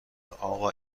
آقا